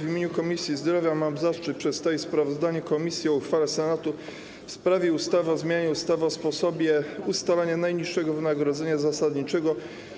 W imieniu Komisji Zdrowia mam zaszczyt przedstawić sprawozdanie komisji o uchwale Senatu w sprawie ustawy o zmianie ustawy o sposobie ustalania najniższego wynagrodzenia zasadniczego